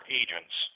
agents